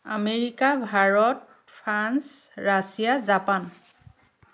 America Bharat France Russia Japan